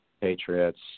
Patriots